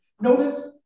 notice